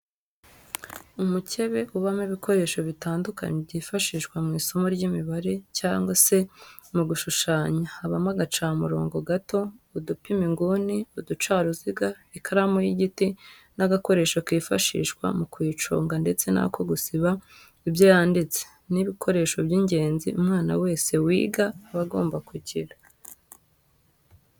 Umukebe ubamo ibikoresho bitandukanye byifashishwa mu isomo ry'imibare cyangwa se mu gushushanya habamo agacamurongo gato, udupima inguni, uducaruziga, ikaramu y'igiti n'agakoresho kifashishwa mu kuyiconga ndetse n'ako gusiba ibyo yanditse, ni ibikoresho by'ingenzi umwana wese wiga aba agomba kugira.